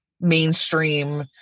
mainstream